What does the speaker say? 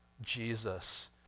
Jesus